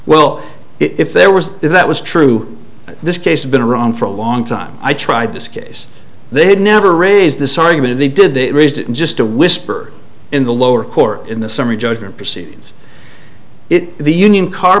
well if there was if that was true this case has been around for a long time i tried this case they had never raised this argument they did they raised just a whisper in the lower court in the summary judgment proceedings it the union car